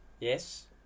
Yes